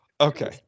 okay